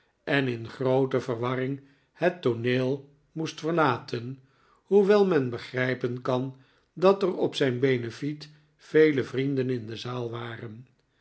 en in groote verwarring het tooneel moest verlaten hoewel men begrijpen kan dat er op zijn beneflet vele vrienden in de zaal waren